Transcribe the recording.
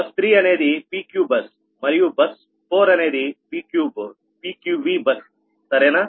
bus 3 అనేది PQబస్ మరియు బస్ 4 అనేది PQVబస్ సరేనా